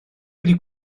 wedi